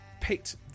picked